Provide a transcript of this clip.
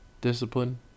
discipline